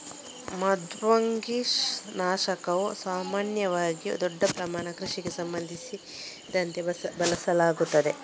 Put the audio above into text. ಮೃದ್ವಂಗಿ ನಾಶಕವು ಸಾಮಾನ್ಯವಾಗಿ ದೊಡ್ಡ ಪ್ರಮಾಣದ ಕೃಷಿಗೆ ಸಂಬಂಧಿಸಿದಂತೆ ಬಳಸಲಾಗುತ್ತದೆ